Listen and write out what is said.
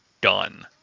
done